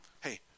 hey